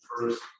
first